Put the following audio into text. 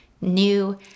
new